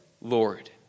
Lord